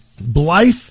Blythe